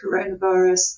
coronavirus